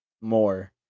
more